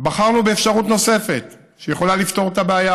בחרנו באפשרות נוספת שיכולה לפתור את הבעיה,